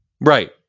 Right